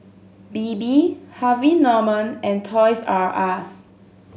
Bebe Harvey Norman and Toys R Us